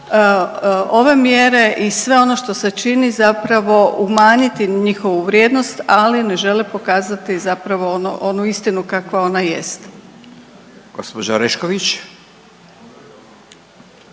ove mjere i sve ono što se čini zapravo umanjiti njihovu vrijednost, ali ne žele pokazati zapravo ono, onu istinu kakva ona jest. **Radin,